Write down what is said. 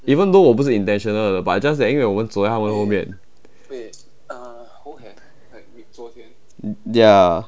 even though 我不是 intentional 的 but just that 因为我们走在他们的后面 ya